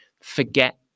forget